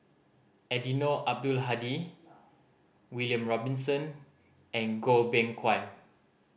Eddino Abdul Hadi William Robinson and Goh Beng Kwan